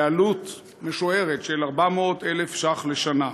בעלות משוערת של 400,000 ש"ח לשנה.